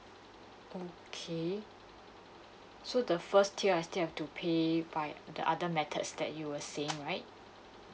okay so the first tier I still have to pay by the other methods that you were saying right